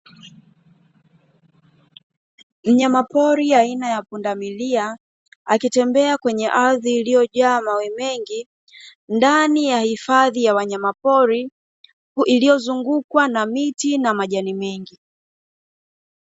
Mnyamapori aina ya pundamilia akitembea kwenye ardhi iliyojaa mawe mengi, ndani ya hifadhi ya wanyamapori iliyozungukwa na miti na majani mengi.